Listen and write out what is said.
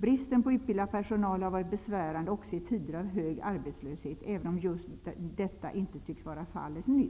Bristen på utbildad personal har varit besvärande också i tider av hög arbetslöshet, även om just detta inte tycks vara fallet nu.